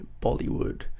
Bollywood